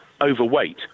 overweight